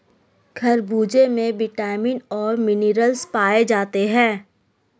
खरबूजे में विटामिन और मिनरल्स पाए जाते हैं